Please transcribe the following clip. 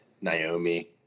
Naomi